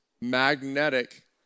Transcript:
magnetic